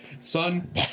son